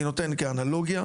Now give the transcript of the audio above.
אני נותן כאנלוגיה,